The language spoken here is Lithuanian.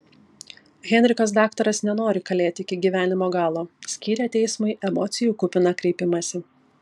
henrikas daktaras nenori kalėti iki gyvenimo galo skyrė teismui emocijų kupiną kreipimąsi